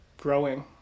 growing